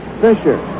Fisher